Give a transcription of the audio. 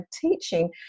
teaching